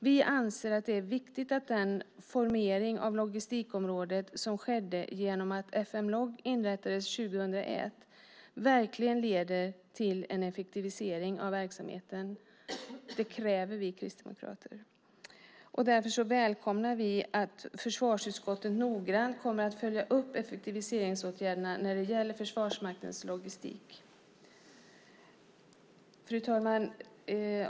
Vi anser att det är viktigt att den formering av logistikområdet som skedde genom att FM Log inrättades 2001 verkligen leder till en effektivisering av verksamheten. Det kräver vi kristdemokrater. Därför välkomnar vi att försvarsutskottet noggrant kommer att följa upp effektiviseringsåtgärderna när det gäller Försvarsmaktens logistik. Fru talman!